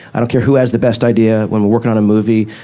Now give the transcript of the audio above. i don't care who has the best idea when we're working on a movie.